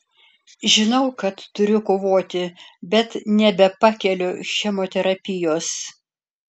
žinau kad turiu kovoti bet nebepakeliu chemoterapijos